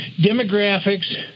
demographics